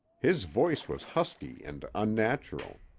his voice was husky and unnatural.